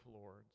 Lords